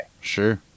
Sure